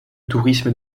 tourisme